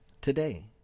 today